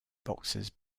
boxers